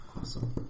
Awesome